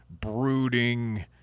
brooding